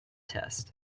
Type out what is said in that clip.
test